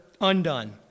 undone